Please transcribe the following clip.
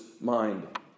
mind